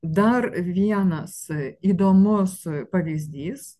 dar vienas įdomus pavyzdys